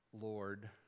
Lord